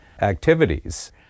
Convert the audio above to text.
activities